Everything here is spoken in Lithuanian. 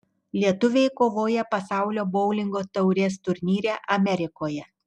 lietuviai kovoja pasaulio boulingo taurės turnyre amerikoje